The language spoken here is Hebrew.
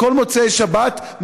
כל מוצאי שבת,